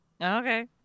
Okay